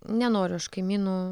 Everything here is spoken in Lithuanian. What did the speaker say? nenoriu aš kaimynų